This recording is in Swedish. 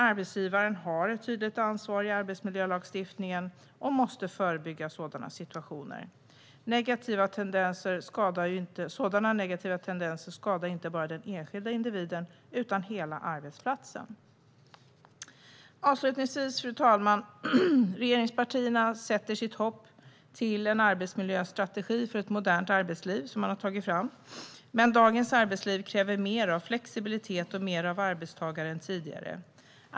Arbetsgivaren har ett tydligt ansvar i arbetsmiljölagstiftningen och måste förebygga sådana situationer. Sådana negativa tendenser skadar inte bara den enskilde individen utan hela arbetsplatsen. Fru talman! Avslutningsvis: Regeringspartierna sätter sitt hopp till en arbetsmiljöstrategi för ett modernt arbetsliv som man har tagit fram. Men dagens arbetsliv kräver mer flexibilitet och mer av arbetstagarna än tidigare.